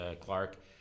Clark